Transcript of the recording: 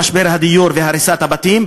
משבר הדיור והריסת הבתים,